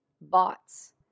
Bots